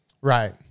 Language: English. Right